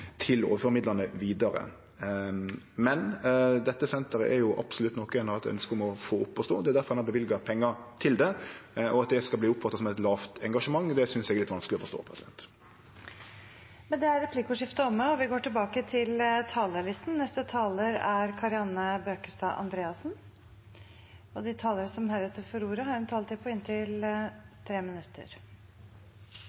til å få midlane vidare. Men dette senteret er absolutt noko ein har hatt ønske om å få opp å stå. Det er difor ein har løyvt pengar til det. At det skal verte oppfatta som eit lågt engasjement, synest eg er litt vanskeleg å forstå. Replikkordskiftet er omme.